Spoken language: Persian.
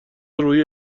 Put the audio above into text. روحی